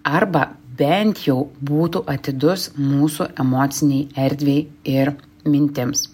arba bent jau būtų atidus mūsų emocinei erdvei ir mintims